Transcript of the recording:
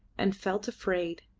and felt afraid.